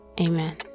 amen